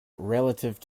relative